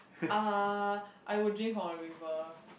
ah I would drink from a river